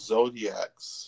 Zodiac's